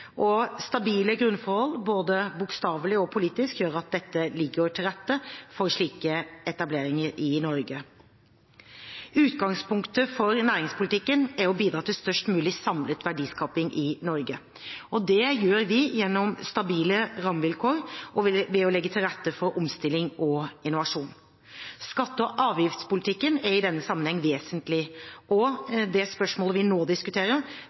aktuelle. Stabile grunnforhold – både bokstavelig og politisk – gjør at det ligger til rette for slike etableringer i Norge. Utgangspunktet for næringspolitikken er å bidra til størst mulig samlet verdiskaping i Norge. Det gjør vi gjennom stabile rammevilkår og ved å legge til rette for omstilling og innovasjon. Skatte- og avgiftspolitikken er i denne sammenheng vesentlig, og i det spørsmålet vi nå diskuterer,